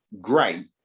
great